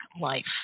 life